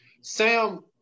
Sam